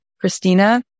Christina